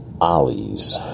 Ollie's